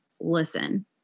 listen